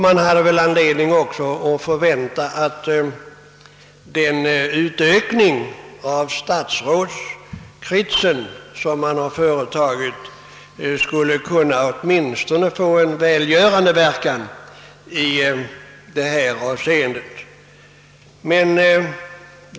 Man hade väl också anledning att förvänta att den utökning av statsrådskretsen som har företagits åtminstone skulle kunna få en välgörande verkan i detta avseende.